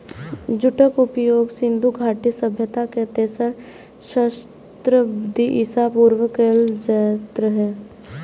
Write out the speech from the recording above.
जूटक उपयोग सिंधु घाटी सभ्यता मे तेसर सहस्त्राब्दी ईसा पूर्व कैल जाइत रहै